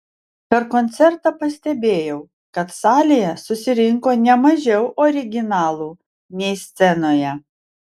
per koncertą pastebėjau kad salėje susirinko ne mažiau originalų nei scenoje